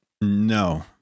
No